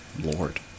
Lord